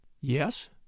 Yes